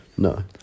No